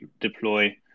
deploy